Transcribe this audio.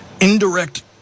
Indirect